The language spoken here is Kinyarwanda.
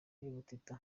y’ubutita